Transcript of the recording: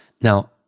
Now